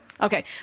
Okay